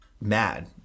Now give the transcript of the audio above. mad